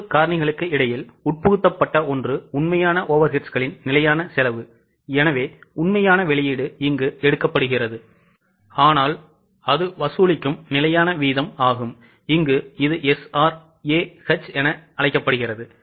3 காரணிகளுக்கு இடையில் உட்புகுத்தப்பட்ட ஒன்று உண்மையான Overheadsகளின் நிலையான செலவு எனவே உண்மையான வெளியீடு எடுக்கப்படுகிறது ஆனால் அது வசூலிக்கும் நிலையான வீதம் இது SRAH என அழைக்கப்படுகிறது